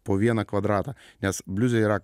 po vieną kvadratą nes bliuze yra